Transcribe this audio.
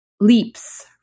leaps